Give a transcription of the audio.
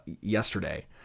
yesterday